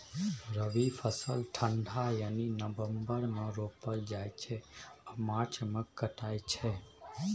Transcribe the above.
रबी फसल ठंढा यानी नवंबर मे रोपल जाइ छै आ मार्च मे कटाई छै